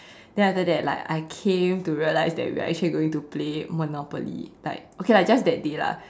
then after that like I came to realize that we are actually going to play Monopoly like okay lah just that day lah